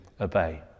obey